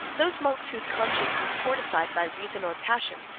those monks, whose conscience was fortified by reason or passion,